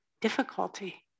difficulty